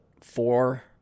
four